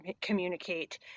communicate